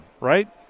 right